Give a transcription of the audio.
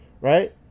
right